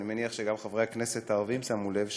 אני מניח שגם חברי הכנסת הערבים שמו לב,